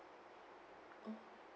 mm